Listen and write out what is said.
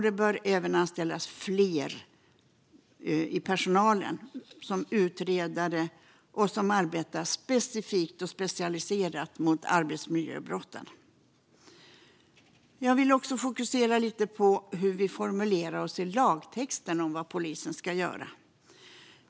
Det bör även anställas mer personal som utreder och arbetar specifikt och specialiserat mot arbetsmiljöbrotten. Jag vill även fokusera lite på hur vi formulerar lagtexten om vad polisen ska göra.